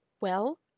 Well